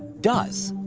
does,